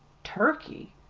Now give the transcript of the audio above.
turkey!